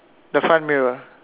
the front mirror